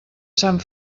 sant